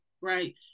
right